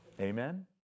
Amen